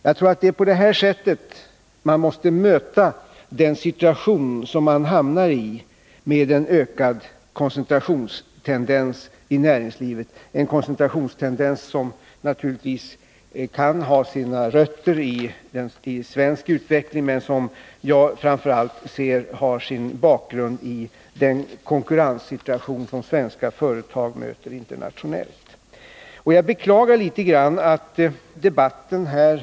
Jag tror att det är på det här sättet man måste möta den situation som man hamnar i med en ökad koncentrationstendens i näringslivet — en koncentrationstendens som naturligtvis kan ha sina rötter i svensk utveckling men som jag anser framför allt har sin bakgrund i den konkurrenssituation som svenska företag möter internationellt. Jag beklagar debatten här.